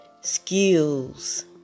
skills